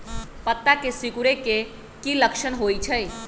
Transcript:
पत्ता के सिकुड़े के की लक्षण होइ छइ?